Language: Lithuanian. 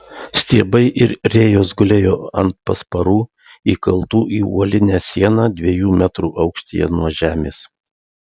stiebai ir rėjos gulėjo ant pasparų įkaltų į uolinę sieną dviejų metrų aukštyje nuo žemės